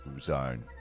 zone